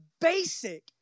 basic